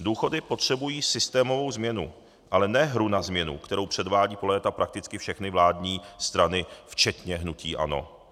Důchody potřebují systémovou změnu, ale ne hru na změnu, kterou předvádějí po léta prakticky všechny vládní strany včetně hnutí ANO.